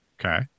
Okay